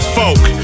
folk